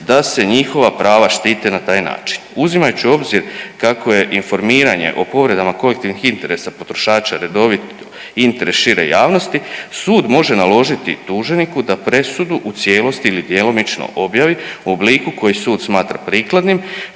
da se njihova prava štite na taj način. Uzimajući u obzir kako je informiranje o povredama kolektivnih interesa potrošača redovit interes šire javnosti sud može naložiti tuženiku da presudu u cijelosti ili djelomično objavi u obliku koji sud smatra prikladnim,